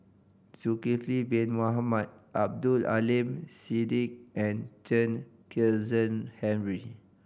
Zulkifli Bin Mohamed Abdul Aleem Siddique and Chen Kezhan Henri